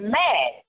mad